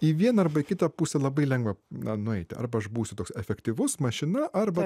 į vieną arba į kitą pusę labai lengva na nueiti arba aš būsiu toks efektyvus mašina arba